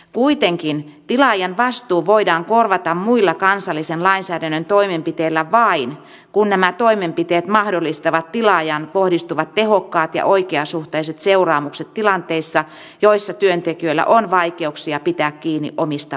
kuitenkin tilaajan vastuu voidaan korvata muilla kansallisen lainsäädännön toimenpiteillä vain kun nämä toimenpiteet mahdollistavat tilaajaan kohdistuvat tehokkaat ja oikeasuhtaiset seuraamukset tilanteissa joissa työntekijöillä on vaikeuksia pitää kiinni omista oikeuksistaan